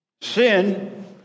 Sin